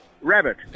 rabbit